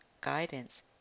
guidance